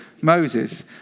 Moses